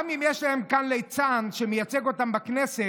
גם אם יש להם כאן ליצן שמייצג אותם בכנסת,